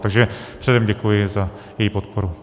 Takže předem děkuji za její podporu.